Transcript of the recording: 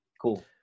Cool